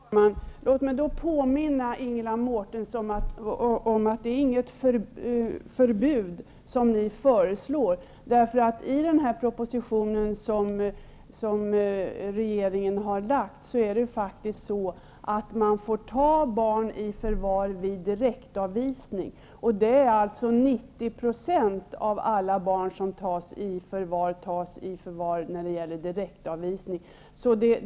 Herr talman! Låt mig påminna Ingela Mårtensson om att det inte är ett förbud som ni föreslår. I den proposition som regeringen nu har lagt fram föreslås faktiskt att man får ta barn i förvar vid direktavvisning. 90 % av alla barn som tas i förvar tas i förvar i samband med direktavvisning.